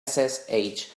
ssh